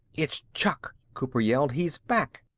it's chuck! cooper yelled. he's back!